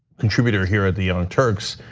contributor here at the young turks.